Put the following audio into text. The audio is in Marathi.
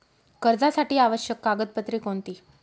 कर्जासाठी आवश्यक कागदपत्रे कोणती?